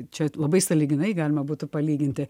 čia labai sąlyginai galima būtų palyginti